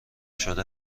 شده